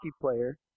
player